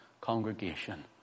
congregation